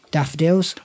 Daffodils